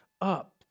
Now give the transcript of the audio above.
up